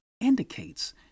indicates